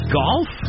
golf